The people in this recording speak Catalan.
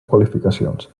qualificacions